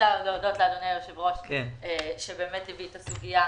שהביא את הסוגייה